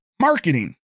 marketing